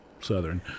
southern